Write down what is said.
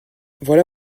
voilà